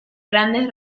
grandes